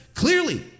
Clearly